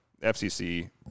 FCC